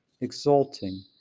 exulting